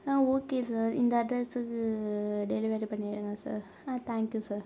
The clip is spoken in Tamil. ஓகே சார் இந்த அட்ரஸ்க்கு டெலிவரி பண்ணிவிடுங்க சார் தேங்க் யூ சார்